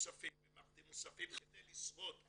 מוספים ומאחדים מוספים כדי לשרוד.